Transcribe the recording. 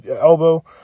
elbow